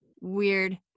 Weird